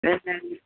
ನೆನ್ನೆ